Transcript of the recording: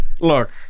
Look